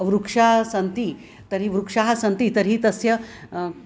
वृक्षाः सन्ति तर्हि वृक्षाः सन्ति तर्हि तस्य